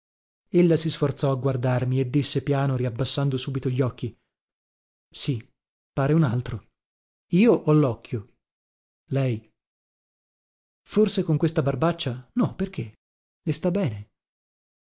ella si sforzò a guardarmi e disse piano riabbassando subito gli occhi sì pare un altro io o locchio lei forse con questa barbaccia no perché le sta bene